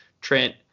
Trent